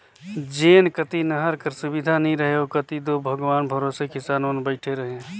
जेन कती नहर कर सुबिधा नी रहें ओ कती दो भगवान भरोसे किसान मन बइठे रहे